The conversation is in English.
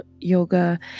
yoga